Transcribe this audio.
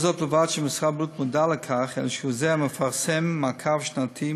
לא זו בלבד שמשרד הבריאות מודע לכך אלא שהוא זה המפרסם מעקב שנתי,